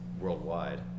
worldwide